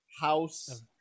house